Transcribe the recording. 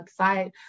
website